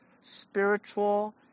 spiritual